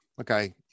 Okay